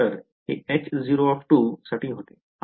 तर हे H0 साठी होते